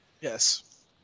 Yes